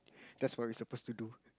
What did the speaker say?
that's what we supposed to do